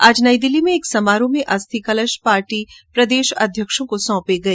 आज नई दिल्ली में एक समारोह में अस्थि कलश पार्टी प्रदेश अध्यक्षों को सौंपे गए